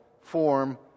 form